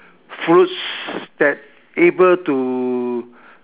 fruits that able to